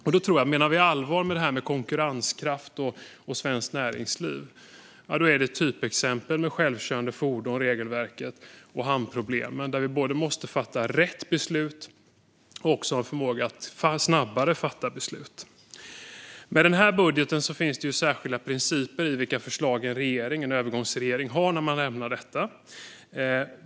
Om vi menar allvar med konkurrenskraft och svenskt näringsliv är regelverket för självkörande fordon och hamnproblemen typexempel där vi både måste fatta rätt beslut och ha förmåga att fatta beslut snabbare. Med den här budgeten finns det särskilda principer för vilka förslag en övergångsregering har när man lämnar en övergångsbudget.